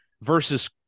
versus